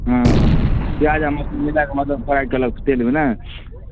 ह्म्म प्याज आ मशरूम मिला कऽ मतलब फ्राइ कयल जाइ छै तेलमे नहि